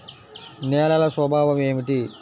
నేలల స్వభావం ఏమిటీ?